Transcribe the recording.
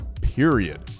period